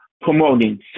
promoting